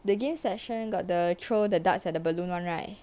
the game session got the throw the darts at the balloon one right